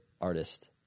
artist